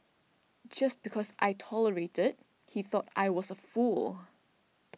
just because I tolerated he thought I was a fool